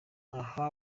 aha